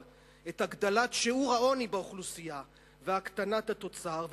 את הגדלת שיעור העוני באוכלוסייה והקטנת התוצר,